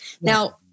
Now